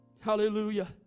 Hallelujah